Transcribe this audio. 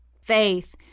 faith